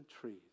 trees